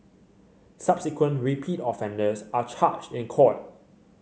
subsequent repeat offenders are charged in court